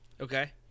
Okay